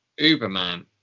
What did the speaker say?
Uberman